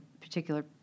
particular